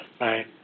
Right